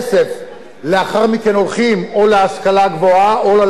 לאחר מכן הולכים או להשכלה גבוהה או להכשרה מקצועית.